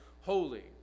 holy